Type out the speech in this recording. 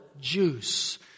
juice